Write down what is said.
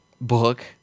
book